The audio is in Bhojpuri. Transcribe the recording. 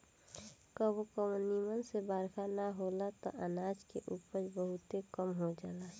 कबो कबो निमन से बरखा ना होला त अनाज के उपज बहुते कम हो जाला